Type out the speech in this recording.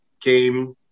came